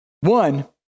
One